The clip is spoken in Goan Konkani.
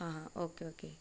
हा हा ओके ओके